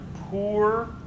poor